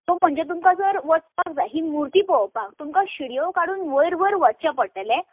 so म्हणजे तुमकां जर वचपाक जाय ही मुर्ती पळोवपा तुमकां शिडयो काडून वयर वयर वच्चें पट्टलें